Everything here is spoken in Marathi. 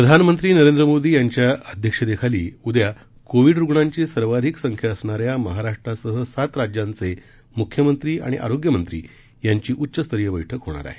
प्रधानमंत्री नरेंद्र मोदी यांच्या अध्यक्षतेखाली उद्या कोविड रुग्णांची सर्वाधिक संख्या असणाऱ्या महाराष्ट्रासह सात राज्यांचे मुख्यमंत्री आणि आरोग्य मंत्री यांची उच्चस्तरिय बैठक होणार आहे